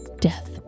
death